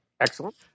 Excellent